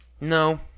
No